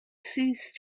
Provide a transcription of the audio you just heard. ceased